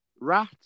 rat